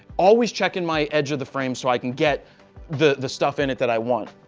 always checking my edge of the frame, so i can get the the stuff in it that i want.